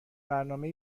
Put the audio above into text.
برنامه